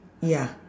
ya